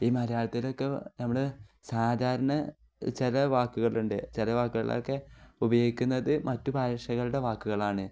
ഈ മലയാളത്തിലൊക്കെ നമ്മൾ സാധാരണ ചില വാക്കുകളുണ്ട് ചില വാക്കുകളൊക്കെ ഉപയോഗിക്കുന്നത് മറ്റു ഭാഷകളുടെ വാക്കുകളാണ്